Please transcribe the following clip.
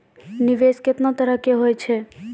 निवेश केतना तरह के होय छै?